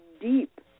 deep